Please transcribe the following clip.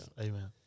Amen